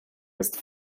ist